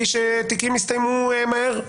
הוא שתיקים יסתיימו מהר.